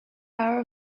power